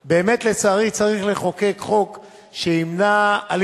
עברה בקריאה טרומית ותועבר לוועדת הכנסת כדי להכינה לקריאה ראשונה.